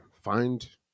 find